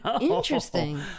Interesting